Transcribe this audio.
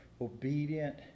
obedient